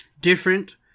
different